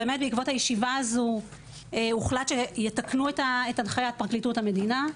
בעקבות הישיבה הזו הוחלט שיתקנו את הנחיית פרקליטות המדינה.